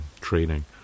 training